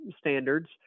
standards